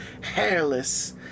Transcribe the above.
hairless